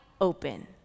open